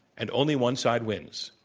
and only one side wins.